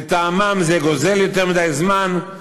לטעמם זה גוזל יותר מדי זמן,